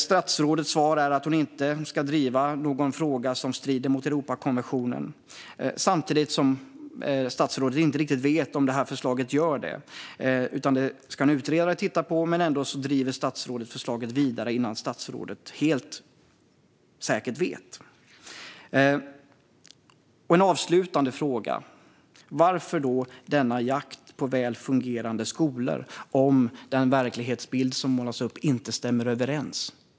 Statsrådets svar är att hon inte ska driva någon fråga som strider mot Europakonventionen, samtidigt som statsrådet inte riktigt vet om det här förslaget gör det. En utredare ska titta på detta, men statsrådet driver ändå förslaget vidare innan hon helt säkert vet. En avslutande fråga: Varför denna jakt på väl fungerande skolor om den verklighetsbild som målas upp inte stämmer?